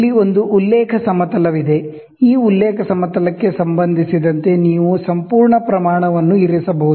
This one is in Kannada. ಇಲ್ಲಿ ಒಂದು ಉಲ್ಲೇಖ ಸಮತಲವಿದೆ ಈ ಉಲ್ಲೇಖ ಸಮತಲಕ್ಕೆ ಸಂಬಂಧಿಸಿದಂತೆ ನೀವು ಸಂಪೂರ್ಣ ಸ್ಕೇಲ್ ಅನ್ನು ಇರಿಸಬಹುದು